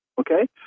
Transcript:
Okay